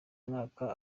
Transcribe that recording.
mwaka